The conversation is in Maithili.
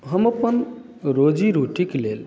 हम अपन रोजी रोटीके लेल